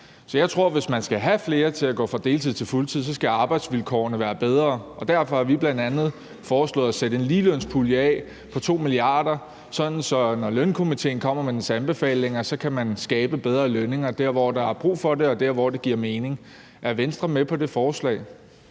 Så jeg tror, at hvis man skal have flere til at gå fra deltid til fuldtid, så skal arbejdsvilkårene være bedre. Derfor har vi bl.a. foreslået at sætte en ligelønspulje på 2 mia. kr. af, sådan at når Lønstrukturkomitéen kommer med sine anbefalinger, kan man skabe bedre lønninger der, hvor der er brug for det, og der, hvor det giver mening. Er Venstre med på det forslag?